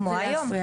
כמו היום.